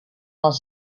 els